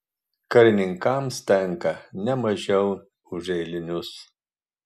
karininkams tenka ne mažiau už eilinius